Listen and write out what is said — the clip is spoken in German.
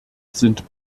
sind